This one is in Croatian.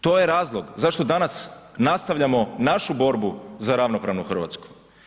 To je razlog zašto danas nastavljamo našu borbu za ravnopravnu Hrvatsku.